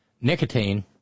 nicotine